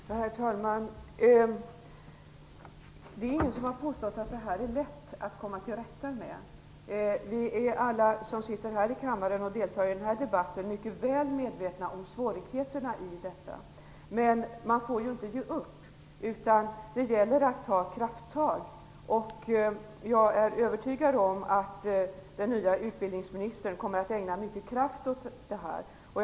Herr talman! Det är ingen som har påstått att det är lätt att komma till rätta med det här. Vi som sitter här i kammaren och deltar i debatten är alla mycket väl medvetna om svårigheterna. Men man får inte ge upp, utan det gäller att ta krafttag. Jag är övertygad om att den nye utbildningsministern kommer att ägna mycken kraft åt detta.